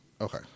Okay